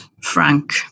Frank